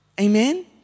Amen